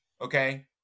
okay